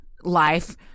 life